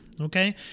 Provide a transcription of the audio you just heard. Okay